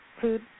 food